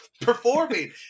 Performing